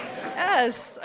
Yes